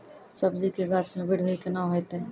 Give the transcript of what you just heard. सब्जी के गाछ मे बृद्धि कैना होतै?